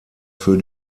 für